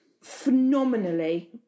phenomenally